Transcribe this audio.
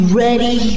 ready